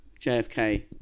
jfk